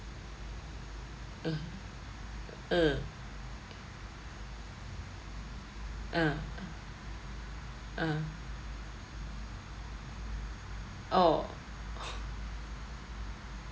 uh uh uh uh oh